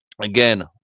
again